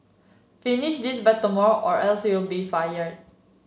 finish this by tomorrow or else you'll be fired